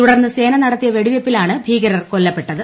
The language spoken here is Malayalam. തുടർന്ന് സേന നടത്തിയ വെടിവെപ്പിലാണ് ഭീകരർ കൊല്ലപ്പെട്ടത്